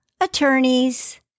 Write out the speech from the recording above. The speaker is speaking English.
attorneys